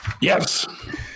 yes